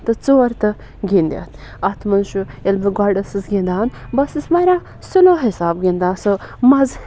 تہٕ ژور تہٕ گِنٛدِتھ اَتھ منٛز چھُ ییٚلہِ بہٕ گۄڈٕ ٲسٕس گِنٛدان بہٕ ٲسٕس واریاہ سُلو حِساب گِنٛدان سُہ مَزٕ